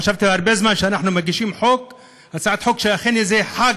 וחשבתי הרבה זמן שאנחנו נגיש הצעת חוק שאכן זה חג,